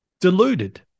deluded